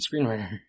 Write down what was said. screenwriter